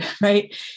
right